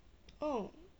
oh